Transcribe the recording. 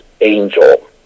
angel